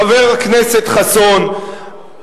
חבר הכנסת חסון,